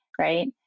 Right